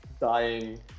dying